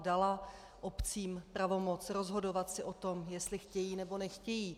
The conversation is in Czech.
Dala obcím pravomoc rozhodovat si o tom, jestli chtějí, nebo nechtějí.